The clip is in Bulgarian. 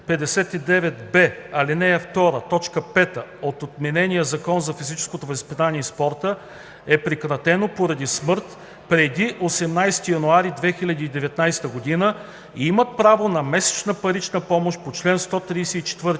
т. 5 от отменения Закон за физическото възпитание и спорта е прекратено поради смърт преди 18 януари 2019 г., имат право на месечна парична помощ по чл. 134,